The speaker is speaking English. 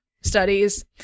Studies